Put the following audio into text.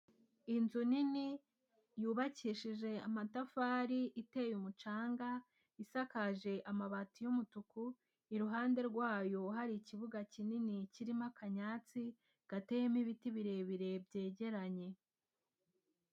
Inzu nini yubakishije amatafari, iteye umucanga, isakaje amabati y'umutuku, iruhande rwayo hari ikibuga kinini kirimo akanyatsi, gateyemo ibiti birebire byegeranye.